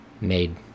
made